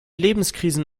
lebenskrisen